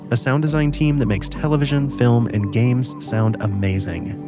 a sound design team that makes television, film, and games sound amazing.